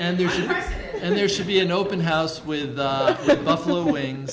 good and there should be an open house with the buffalo wings